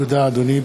תודה, אדוני.